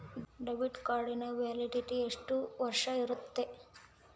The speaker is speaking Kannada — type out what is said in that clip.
ಡೆಬಿಟ್ ಕಾರ್ಡಿನ ವ್ಯಾಲಿಡಿಟಿ ಎಷ್ಟು ವರ್ಷ ಇರುತ್ತೆ?